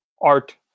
art